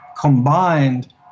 combined